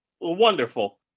wonderful